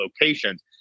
locations